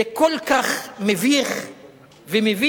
זה כל כך מביך ומביש.